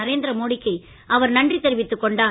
நரேந்திர மோடிக்கு அவர் நன்றி தெரிவித்துக் கொண்டார்